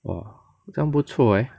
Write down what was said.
!wah! 这样不错 leh